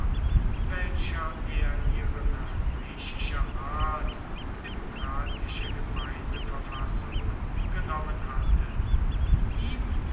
welcher er ihre nach griechischer art demokratische gemeindeverfassung genommen hatte ihm